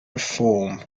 reform